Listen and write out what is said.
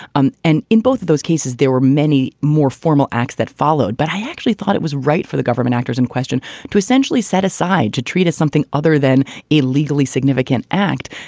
um and in both of those cases, there were many more formal acts that followed. but i actually thought it was right for the government actors in question to essentially set aside to treat is something other than a legally significant act.